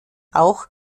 auch